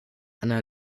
anna